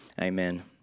Amen